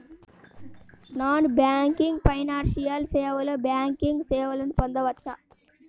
Non banking financial సేవలో banking సేవలను పొందవచ్చా?